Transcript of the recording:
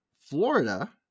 Florida